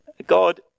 God